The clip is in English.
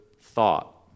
thought